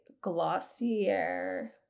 Glossier